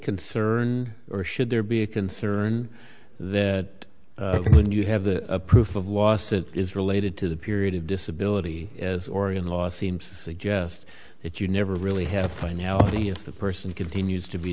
concern or should there be a concern that when you have the proof of loss it is related to the period of disability as oregon law seems to suggest that you never really have finality if the person continues to be